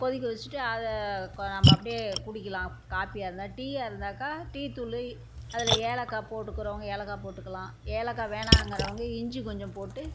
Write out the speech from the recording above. கொதிக்க வச்சிட்டு அதை கோ நம்ம அப்படியே குடிக்கலாம் காபியாக இருந்தால் டீயா இருந்தாக்கா டீ தூள் அதில் ஏலக்காய் போட்டுக்கிறவங்க ஏலக்காய் போட்டுக்கலாம் ஏலக்காய் வேணாம்ங்கிறவங்க இஞ்சி கொஞ்சம் போட்டு